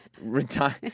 retire